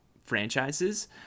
franchises